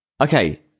Okay